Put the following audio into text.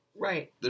Right